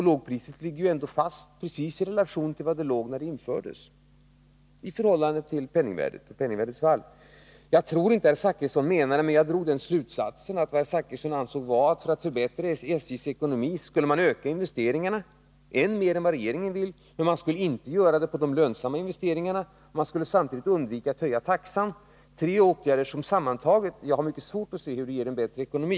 Lågpriset ligger ändå fast, precis i relation till var det låg när det infördes, i förhållande till penningvärdet och penningvärdets fall. Jag drog slutsatsen att herr Zachrisson ansåg att man för att förbättra SJ:s ekonomi skulle öka investeringarna mer än vad regeringen vill men att man inte skulle göra det på de lönsamma Nr 13 investeringarna. Man skulle samtidigt undvika att höja taxan. Jag har svårt Torsdagen den att se hur de tre åtgärderna sammantaget ger en bättre ekonomi.